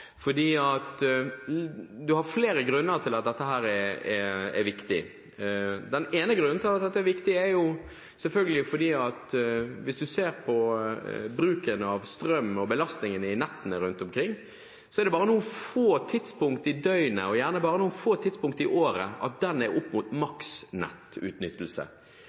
flere grunner til at dette er viktig. Den ene grunnen til at dette er viktig er selvfølgelig, hvis man ser på av bruken av strøm og belastningen i nettene rundt omkring, at det bare er noen få tidspunkter i døgnet og gjerne bare noen få tidspunkter i året at det er opp mot